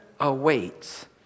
awaits